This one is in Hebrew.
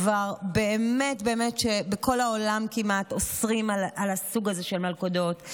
כמעט בכל העולם כבר אוסרים את הסוג הזה של מלכודות.